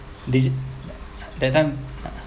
digit~ that time